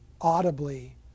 audibly